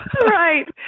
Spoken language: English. Right